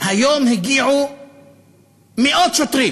היום הגיעו מאות שוטרים